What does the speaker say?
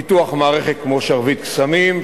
פיתוח מערכת כמו "שרביט קסמים",